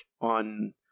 on